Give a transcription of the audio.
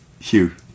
Hugh